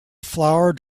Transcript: flower